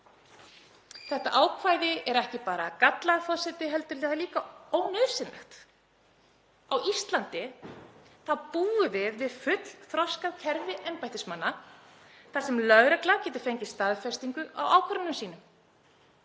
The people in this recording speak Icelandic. Þetta ákvæði er ekki bara gallað, forseti, heldur líka ónauðsynlegt. Á Íslandi búum við við fullþroskað kerfi embættismanna þar sem lögregla getur fengið staðfestingu á ákvörðunum sínum.